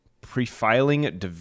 pre-filing